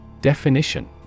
Definition